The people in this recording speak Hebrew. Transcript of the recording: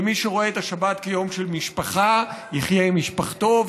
ומי שרואה את השבת כיום של משפחה יחיה עם משפחתו,